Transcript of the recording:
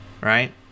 right